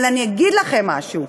אבל אני אגיד לכם משהו: